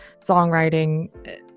songwriting